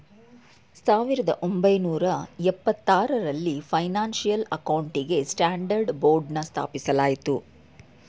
ಸಾವಿರದ ಒಂಬೈನೂರ ಎಪ್ಪತಾರರಲ್ಲಿ ಫೈನಾನ್ಸಿಯಲ್ ಅಕೌಂಟಿಂಗ್ ಸ್ಟ್ಯಾಂಡರ್ಡ್ ಬೋರ್ಡ್ನ ಸ್ಥಾಪಿಸಲಾಯಿತು